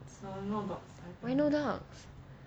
why no dogs